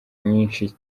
mwinshi